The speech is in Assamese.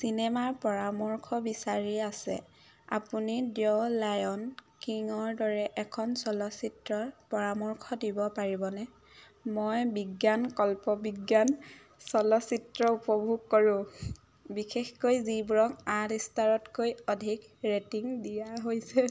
চিনেমাৰ পৰামৰ্শ বিচাৰি আছে আপুনি দ্যা লায়ন কিঙৰ দৰে এখন চলচ্চিত্ৰৰ পৰামৰ্শ দিব পাৰিবনে মই বিজ্ঞান কল্পবিজ্ঞান চলচ্চিত্ৰ উপভোগ কৰোঁ বিশেষকৈ যিবোৰক আঠ ষ্টাৰতকৈ অধিক ৰেটিং দিয়া হৈছে